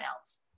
else